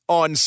on